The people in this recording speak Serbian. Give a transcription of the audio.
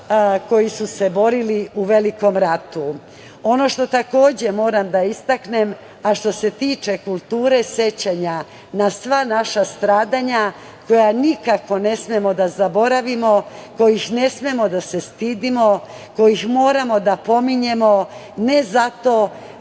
koji su se borili u Velikom ratu. Ono što takođe moram da istaknem, a što se tiče kulture sećanja na sva naša stradanja koja nikako ne smemo da zaboravimo, kojih ne smemo da se stidimo, koje moramo da pominjemo, ne zato